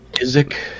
Isaac